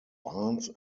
barnes